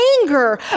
anger